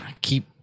keep